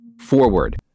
forward